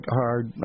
hard